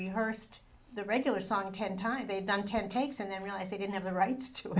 rehearsed the regular song ten times they'd done ten takes and then realize they didn't have the rights to